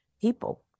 people